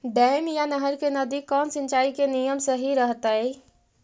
Dam या नहर के नजदीक कौन सिंचाई के नियम सही रहतैय?